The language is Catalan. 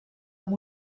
amb